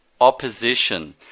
opposition